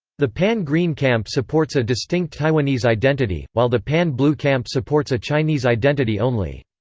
the pan-green camp supports a distinct taiwanese identity, while the pan-blue camp supports a chinese identity only.